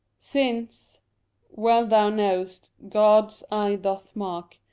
since well thou know'st god's eye doth mark,